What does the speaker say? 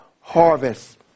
harvest